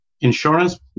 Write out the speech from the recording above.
insurance